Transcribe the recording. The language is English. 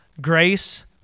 Grace